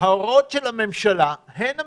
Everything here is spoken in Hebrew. ההוראות של הממשלה הן המבולבלות.